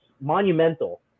monumental